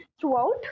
throughout